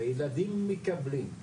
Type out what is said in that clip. והילדים מקבלים.